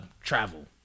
travel